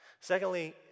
Secondly